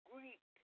Greek